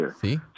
See